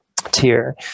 tier